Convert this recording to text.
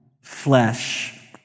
flesh